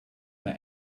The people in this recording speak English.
that